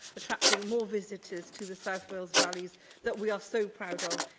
attracting more visitors to the south wales valleys that we are so proud of,